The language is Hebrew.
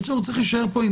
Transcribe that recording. צריך להישאר פה עם